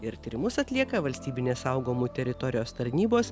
ir tyrimus atlieka valstybinė saugomų teritorijos tarnybos